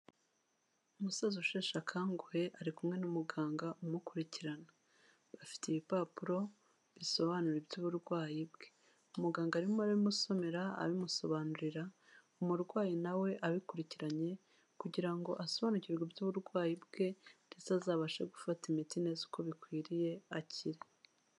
Umusaza usheshe akanguhe, ari kumwe n'umuganga umukurikirana. Afite ibipapuro, bisobanura iby'uburwayi bwe. Muganga arimo arabimusomera, abimusobanurira, umurwayi na we abikurikiranye, kugira ngo asobanukirwe iby'uburwayi bwe, ndetse azabashe gufata imiti neza uko bikwiriye akire.